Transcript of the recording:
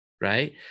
right